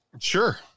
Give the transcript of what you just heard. Sure